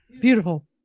Beautiful